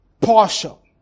partial